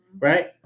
Right